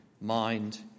mind